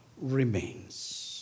remains